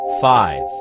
Five